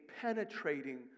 penetrating